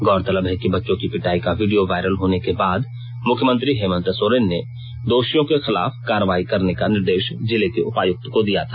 गौरतलब है कि बच्चों की पिटाई का वीडियो वायरल होने के बाद मुख्यमंत्री हेमन्त सोरेन ने दोषियों के खिलाफ कार्रवाई करने का निर्देश जिले के उपायुक्त को दिया था